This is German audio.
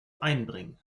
einbringen